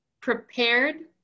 prepared